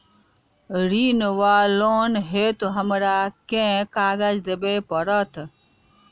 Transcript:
ऋण वा लोन हेतु हमरा केँ कागज देबै पड़त?